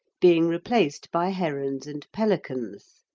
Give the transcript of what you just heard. being replaced by herons and pelicans.